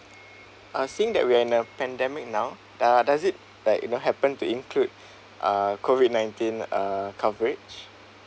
ah seeing we are in a pandemic now uh does it like happened to include uh COVID nineteen uh coverage